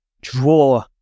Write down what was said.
draw